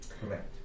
correct